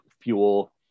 fuel